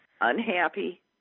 unhappy